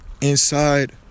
Inside